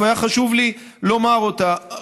היה חשוב לי לומר אותה.